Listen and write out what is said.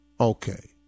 Okay